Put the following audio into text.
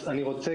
אני רוצה